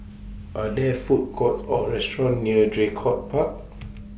Are There Food Courts Or restaurants near Draycott Park